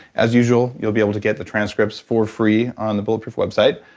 as usual, you'll be able to get the transcripts for free on the bulletproof website,